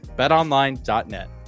BetOnline.net